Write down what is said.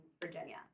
Virginia